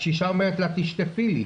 הקשישה אומרת לה 'תשטפי לי,